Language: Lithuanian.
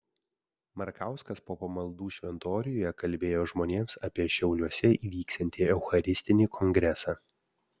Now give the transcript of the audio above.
markauskas po pamaldų šventoriuje kalbėjo žmonėms apie šiauliuose įvyksiantį eucharistinį kongresą